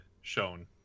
shown